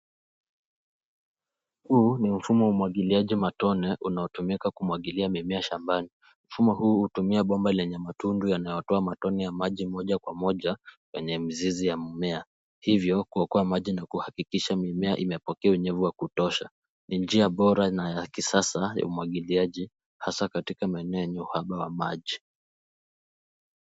Huu ni mfumo wa umwagiliaji matone unaotumika kumwagilia mimea shambani. Mfumo huu hutumia bomba lenye matundu yanayotoa matone ya maji moja kwa moja, kwenye mzizi ya mmea. Hivyo, kuokoa maji na kuhakikisha mimea imepokea unyevu wa kutosha. Ni njia bora na ya kisasa, ya umwagiliaji, hasaa katika maeneo yenye uhaba wa maji.